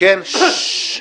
היושב-ראש.